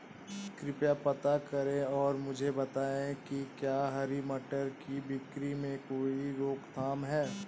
कृपया पता करें और मुझे बताएं कि क्या हरी मटर की बिक्री में कोई रोकथाम है?